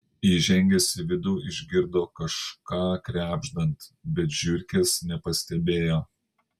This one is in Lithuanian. įžengęs į vidų išgirdo kažką krebždant bet žiurkės nepastebėjo